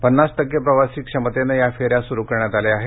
पन्नास टक्के प्रवासी क्षमतेने या फेन्या सुरू करण्यात आल्या आहेत